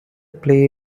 play